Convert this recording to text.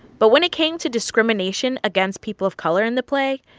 but when it came to discrimination against people of color in the play,